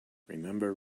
remember